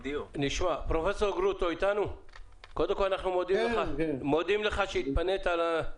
פרופ' גרוטו, אנחנו מודים לך על שהתפנית אבל